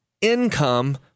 income